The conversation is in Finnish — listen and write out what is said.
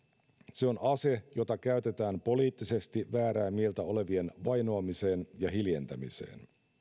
se on ase jota käytetään poliittisesti väärää mieltä olevien vainoamiseen ja hiljentämiseen